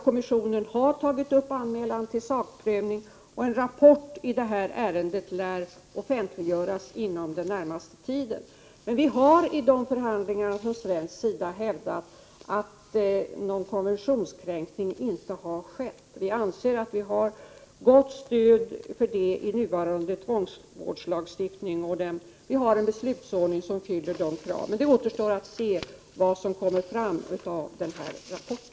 Kommissionen har tagit upp anmälan till sakprövning, och en rapport i ärendet lär offentliggöras inom den närmaste tiden. Vid förhandlingarna har vi från svensk sida hävdat att någon konventionskränkning inte har skett. Vi anser att vi har gott stöd för detta i den nuvarande tvångsvårdslagsstiftningen. Vi har en beslutsordning som uppfyller de krav som ställs. Men det återstår att se vad som kommer fram av denna rapport.